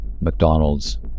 McDonald's